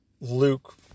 Luke